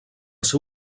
seu